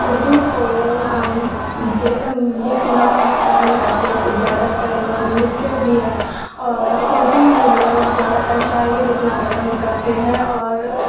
اردو کو ہم لکھنا پسند کرتے زیادہ تر لوگ لکھتے بھی ہیں اور اردو میں لوگ زیادہ تر شاعری لکھنا پسند کرتے ہیں اور